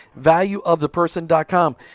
Valueoftheperson.com